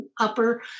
upper